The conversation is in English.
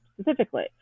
specifically